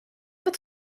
wat